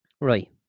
Right